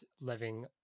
living